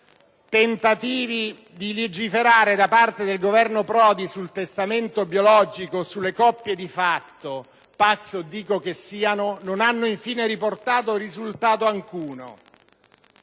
Tentativi di legiferare da parte del Governo Prodi sul testamento biologico o sulle coppie di fatto (PACS o DICO che siano) non hanno infine riportato risultato alcuno.